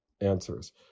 answers